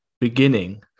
beginning